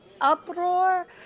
uproar